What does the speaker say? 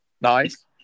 Nice